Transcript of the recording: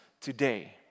today